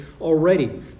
already